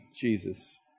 Jesus